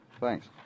thanks